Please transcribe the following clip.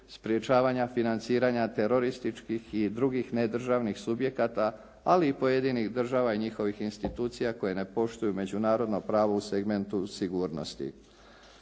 sprječavanja financiranja terorističkih i drugih nedržavnih subjekata, ali i pojedinih država i njihovih institucija koje ne poštuju međunarodno pravo u segmentu sigurnosti.